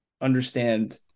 understand